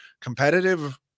competitive